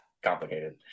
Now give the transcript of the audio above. complicated